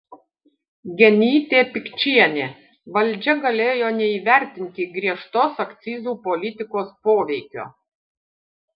genytė pikčienė valdžia galėjo neįvertinti griežtos akcizų politikos poveikio